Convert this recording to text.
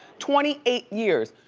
twenty eight years.